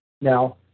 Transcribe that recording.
Now